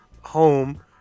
home